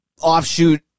offshoot